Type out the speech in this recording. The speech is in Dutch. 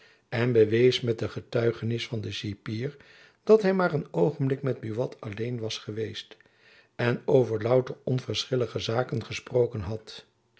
en bewees met de getuigenis van den cipier dat hy maar een oogenblik met buat alleen was geweest en over louter onverschillige zaken gesproken had